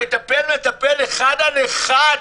המטפל מטפל אחד על אחד.